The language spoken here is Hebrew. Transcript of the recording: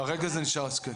כרגע זה נשאר, כן.